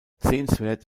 sehenswert